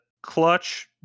Clutch